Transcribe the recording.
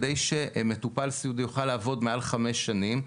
על מנת שמטופל סיעודי יוכל לעבוד מעל חמש שנים,